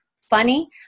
funny